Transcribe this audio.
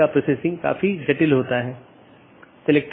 क्योंकि यह एक बड़ा नेटवर्क है और कई AS हैं